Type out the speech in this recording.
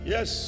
Yes